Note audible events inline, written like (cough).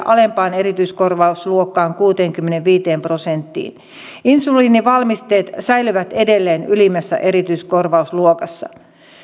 (unintelligible) alempaan erityiskorvausluokkaan kuuteenkymmeneenviiteen prosenttiin insuliinivalmisteet säilyvät edelleen ylimmässä erityiskorvausluokassa